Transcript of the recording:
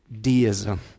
deism